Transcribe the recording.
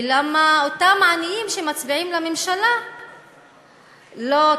ולמה אותם עניים שמצביעים לממשלה לא,